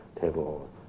table